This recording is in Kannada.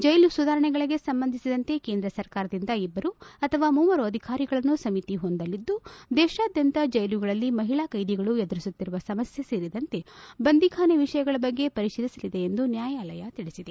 ಜೈಲು ಸುಧಾರಣೆಗಳಿಗೆ ಸಂಬಂಧಿಸಿದಂತೆ ಕೇಂದ್ರ ಸರ್ಕಾರದಿಂದ ಇಬ್ಬರು ಅಥವಾ ಮೂವರು ಅಧಿಕಾರಿಗಳನ್ನು ಸಮಿತಿ ಹೊಂದಲಿದ್ದು ದೇಶಾದ್ಯಂತ ಜೈಲುಗಳಲ್ಲಿ ಮಹಿಳಾ ಕೈದಿಗಳು ಎದುರಿಸುತ್ತಿರುವ ಸಮಸ್ಯೆ ಸೇರಿದಂತೆ ಬಂಧಿಖಾನೆ ವಿಷಯಗಳ ಬಗ್ಗೆ ಪರಿಶೀಲಿಸಲಿದೆ ಎಂದು ನ್ಯಾಯಾಲಯ ತಿಳಿಸಿದೆ